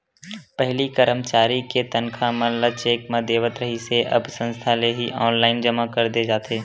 पहिली करमचारी के तनखा मन ल चेक म देवत रिहिस हे अब संस्था ले ही ऑनलाईन जमा कर दे जाथे